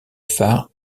phare